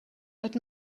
but